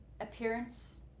appearance